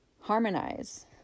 harmonize